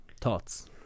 Thoughts